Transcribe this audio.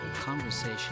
conversation